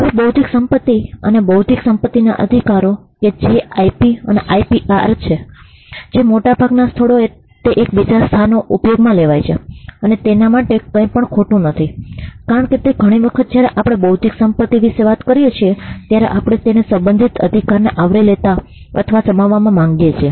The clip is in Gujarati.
હવે બૌદ્ધિક સંપત્તિ અને બૌદ્ધિક સંપત્તિના અધિકારો કે જે IP અને IPR છે મોટાભાગના સ્થળોએ તે એકબીજાના સ્થાને ઉપયોગમાં લેવાય છે અને તેમાં કંઈપણ ખોટું નથી કારણ કે ઘણી વખત જ્યારે આપણે બૌદ્ધિક સંપત્તિ વિશે વાત કરીએ છીએ ત્યારે આપણે તેને સંબંધિત અધિકારને આવરી લેવા અથવા સમાવવા માંગીએ છીએ